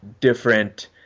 different